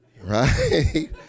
right